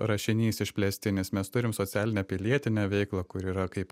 rašinys išplėstinis mes turim socialinę pilietinę veiklą kur yra kaip